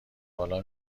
بالا